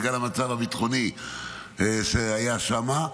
בגלל המצב הביטחוני שהיה שם,